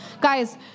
guys